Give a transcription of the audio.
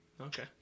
Okay